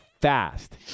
fast